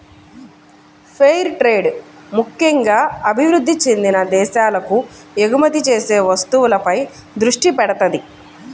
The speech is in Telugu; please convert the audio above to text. ఫెయిర్ ట్రేడ్ ముక్కెంగా అభివృద్ధి చెందిన దేశాలకు ఎగుమతి చేసే వస్తువులపై దృష్టి పెడతది